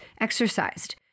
exercised